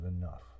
enough